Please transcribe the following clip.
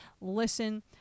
listen